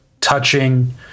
touching